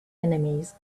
enemies